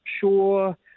sure